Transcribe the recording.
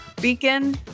Beacon